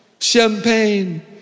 champagne